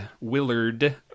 Willard